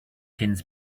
things